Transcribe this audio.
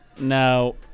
Now